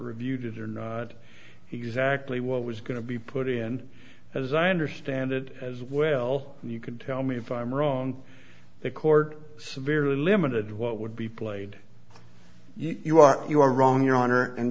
reviewed it exactly what was going to be put in as i understand it as well and you can tell me if i'm wrong the court severely limited what would be played you are you are wrong your honor and